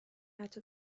حتا